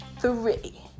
three